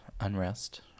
unrest